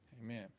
Amen